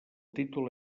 títol